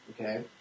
okay